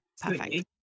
Perfect